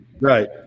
Right